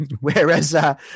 Whereas